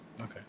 Okay